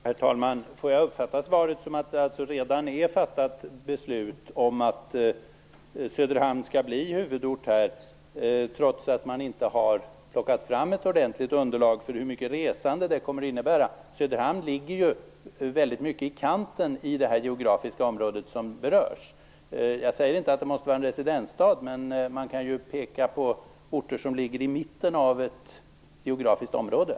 Herr talman! Jag uppfattar svaret så, att beslutet om att Söderhamn skall bli huvudort redan är fattat, trots att man inte har tagit fram ett ordentligt underlag för hur mycket resande detta kommer att innebära. Söderhamn ligger ju vid kanten av detta geografiska område. Jag säger inte att det måste vara en residensstad, men man kan ju se på orter som ligger i mitten av det geografiska området.